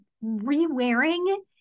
re-wearing